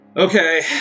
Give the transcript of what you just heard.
Okay